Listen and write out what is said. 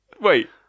Wait